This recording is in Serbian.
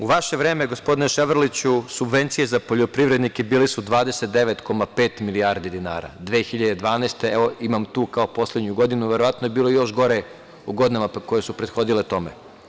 U vaše vreme, gospodine Ševarliću, subvencije za poljoprivrednike bile su 29,5 milijardi dinara, 2012, evo, imam tu kao poslednju godinu, verovatno je bilo još gore u godinama koje su prethodile tome.